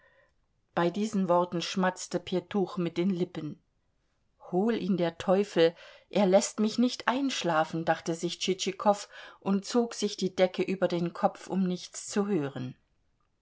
bei diesen worten schmatzte pjetuch mit den lippen hol ihn der teufel er läßt mich nicht einschlafen dachte sich tschitschikow und zog sich die decke über den kopf um nichts zu hören